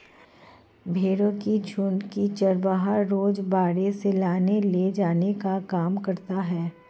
भेंड़ों के झुण्ड को चरवाहा रोज बाड़े से लाने ले जाने का काम करता है